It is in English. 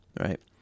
right